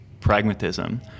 pragmatism